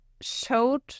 showed